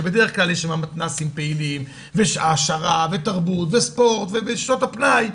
שבדרך כלל יש שם מתנ"סים פעילים והעשרה ותרבות וספורט ושעות הפנאי,